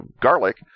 garlic